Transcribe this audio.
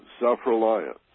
self-reliance